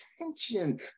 attention